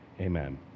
Amen